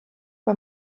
bei